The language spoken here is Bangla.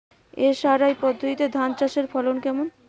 এস.আর.আই পদ্ধতিতে ধান চাষের ফলন কেমন?